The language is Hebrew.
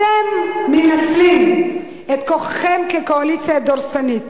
אתם מנצלים את כוחכם כקואליציה דורסנית